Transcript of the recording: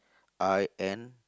I N